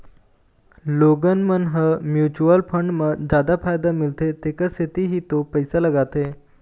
लोगन मन ह म्युचुअल फंड म जादा फायदा मिलथे तेखर सेती ही तो पइसा लगाथे